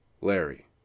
Larry